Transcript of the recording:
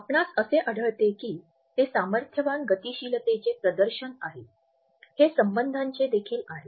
आपणास असे आढळते की ते सामर्थ्यवान गतीशीलतेचे प्रदर्शन आहे हे संबंधांचे देखील आहे